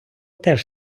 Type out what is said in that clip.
теж